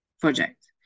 project